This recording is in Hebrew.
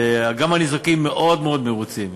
וגם הניזוקים מאוד מאוד מרוצים,